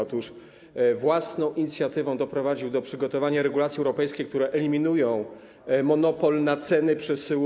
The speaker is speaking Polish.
Otóż własną inicjatywą doprowadził do przygotowania regulacji europejskiej, która eliminuje monopol Gazpromu na ceny przesyłu.